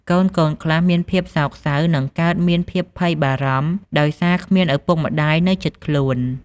កូនៗខ្លះមានភាពសោកសៅ និងកើតមានភាពភ័យបារម្ភដោយសារគ្មានឪពុកម្តាយនៅជិតខ្លួន។